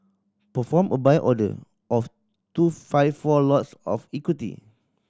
perform a Buy order of two five four lots of equity